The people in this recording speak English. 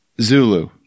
Zulu